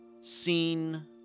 seen